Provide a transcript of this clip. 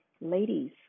Ladies